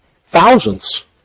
thousands